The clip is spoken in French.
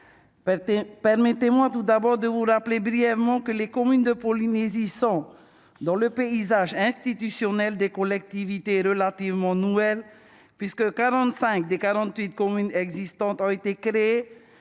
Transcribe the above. Permettez-moi tout d'abord de vous rappeler brièvement que les communes de Polynésie sont, dans le paysage institutionnel, des collectivités relativement nouvelles. En effet, quarante-cinq des quarante-huit communes existantes ont été créées